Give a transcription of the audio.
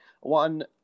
one